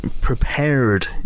prepared